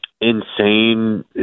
insane